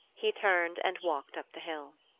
he turned and walked up the hill.